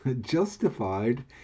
justified